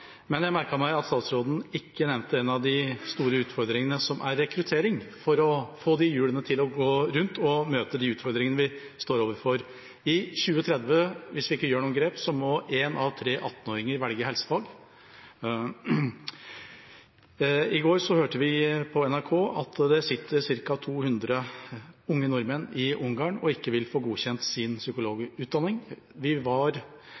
Men jeg merket meg at statsråden ikke nevnte en av de store utfordringene, som er rekruttering for å få hjulene til å gå rundt og møte de utfordringene vi står overfor. I 2030 – hvis vi ikke gjør noen grep – må en av tre 18-åringer velge helsefag. I går hørte vi på NRK at det sitter ca. 200 unge nordmenn i Ungarn og ikke vil få godkjent sin psykologutdanning. Vi var